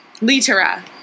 Litera